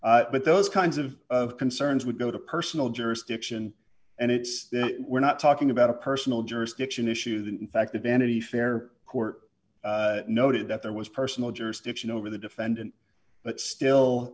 china but those kinds of concerns would go to personal jurisdiction and it's we're not talking about a personal jurisdiction issue that in fact the vanity fair court noted that there was personal jurisdiction over the defendant but still